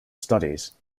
studies